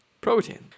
protein